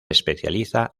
especializa